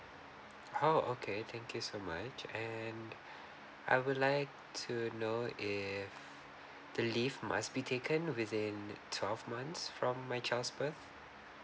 oh okay thank you so much and I would like to know if the leave must be taken within twelve months from my child's birth